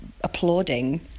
applauding